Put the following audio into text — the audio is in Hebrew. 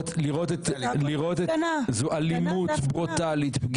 זו אלימות ברוטלית.